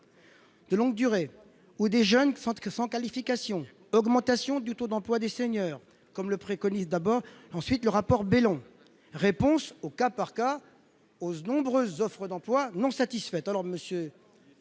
de longue durée ou les jeunes sans qualification, augmentation du taux d'emploi des seniors, comme le préconise le rapport Bellon, réponse au cas des nombreuses offres d'emploi non satisfaites